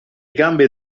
gambe